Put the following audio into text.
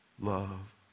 love